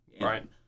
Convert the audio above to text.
Right